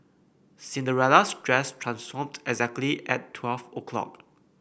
Cinderella's dress transformed exactly at twelve o'clock